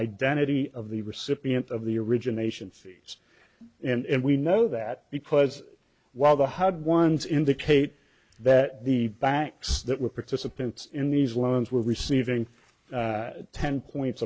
identity of the recipient of the origination fees and we know that because while the hard ones indicate that the banks that were participants in these loans were receiving ten points